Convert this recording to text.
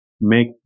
make